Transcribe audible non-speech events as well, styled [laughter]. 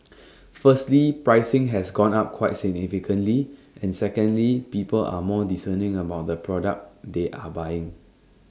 [noise] firstly pricing has gone up quite significantly and secondly people are more discerning about the product they are buying